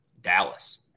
Dallas